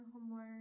homework